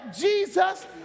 Jesus